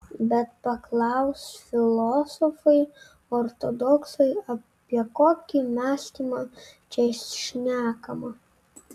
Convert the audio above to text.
bet paklaus filosofai ortodoksai apie kokį mąstymą čia šnekama